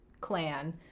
clan